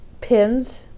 pins